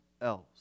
else